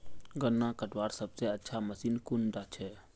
गन्ना कटवार सबसे अच्छा मशीन कुन डा छे?